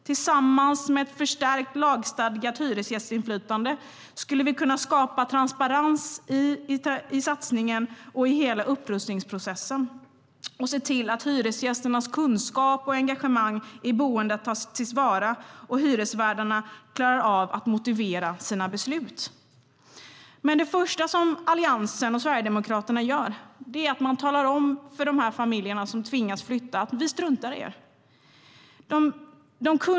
Tillsammans med förstärkt, lagstadgat hyresgästinflytande skulle vi kunna skapa transparens i satsningen och i hela upprustningsprocessen och se till att hyresgästernas kunskap och engagemang i boendet tas till vara och hyresvärdarna klarar av att motivera sina beslut. Men det första som Alliansen och Sverigedemokraterna gör är att tala om för dessa familjer som tvingas flytta att man struntar i dem.